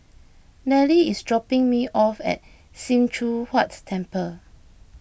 Nelly is dropping me off at Sim Choon Huat Temple